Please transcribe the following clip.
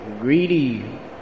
greedy